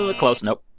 ah close nope